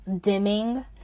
dimming